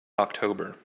october